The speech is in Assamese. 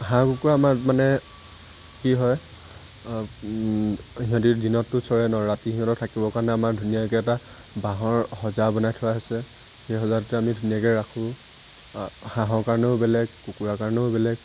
হাঁহ কুকুৰা আমাৰ মানে কি হয় সিহঁতিতো দিনতো চৰে ন ৰাতি সিহঁতৰ থাকিব কাৰণে আমাৰ ধুনীয়াকৈ এটা বাঁহৰ সজা বনাই থোৱা আছে সেই সজাটোতে আমি ধুনীয়াকৈ ৰাখোঁ হাঁহৰ কাৰণেও বেলেগ কুকুৰাৰ কাৰণেও বেলেগ